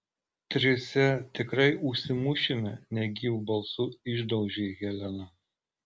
trise tikrai užsimušime negyvu balsu išdaužė helena